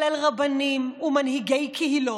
ובהם רבנים ומנהיגי קהילות,